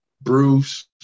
Bruce